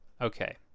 Okay